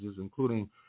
including